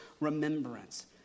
remembrance